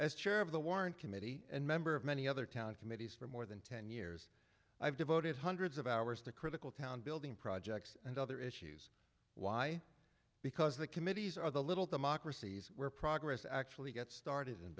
the warrant committee and member of many other town committees for more than ten years i've devoted hundreds of hours to critical town building projects and other issues why because the committees or the little democracies where progress actually get started